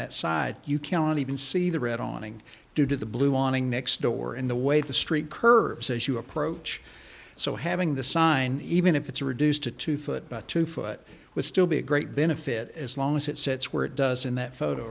that side you can even see the red on ng due to the blue awning next door in the way the street curves as you approach so having the sign even if it's a reduced to two foot to foot would still be a great benefit as long as it sits where it does in that photo